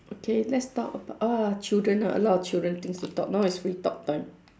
okay let's talk about uh children ha a lot of children things to talk now is free talk time